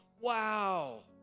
Wow